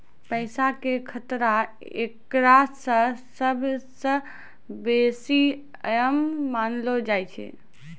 पैसा के खतरा एकरा मे सभ से बेसी अहम मानलो जाय छै